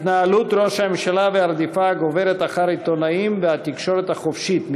התנהלות ראש הממשלה והרדיפה הגוברת אחר עיתונאים והתקשורת החופשית,